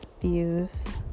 Views